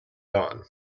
gone